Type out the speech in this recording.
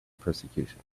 persecution